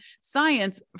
science